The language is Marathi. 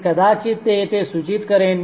मी कदाचित ते येथे सूचित करेन